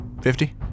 Fifty